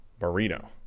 Marino